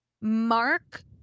Mark